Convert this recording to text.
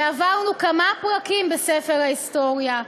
ועברנו כמה פרקים בספר ההיסטוריה,